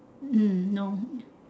hmm no